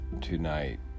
tonight